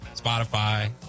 Spotify